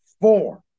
four